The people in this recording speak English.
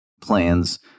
plans